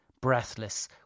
breathless